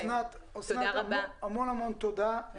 אסנת, המון תודה.